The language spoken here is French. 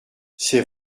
c’est